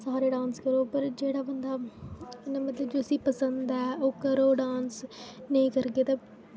सारे डांस करो पर जेह्ड़ा बन्दा मतलब जूस्सी पसन्द ऐ ओह् करो डांस नेईं करगे ते